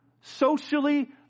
Socially